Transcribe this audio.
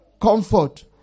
comfort